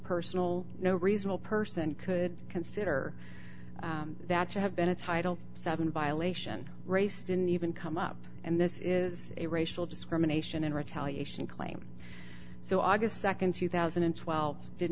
personal no reasonable person could consider that to have been a title seven violation raced and even come up and this is a racial discrimination and retaliation claim so august nd two thousand and twelve did